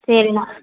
சரி நான்